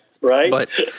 right